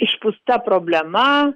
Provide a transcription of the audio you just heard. išpūsta problema